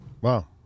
wow